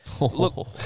look